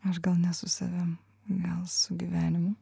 aš gal ne su savim gal su gyvenimu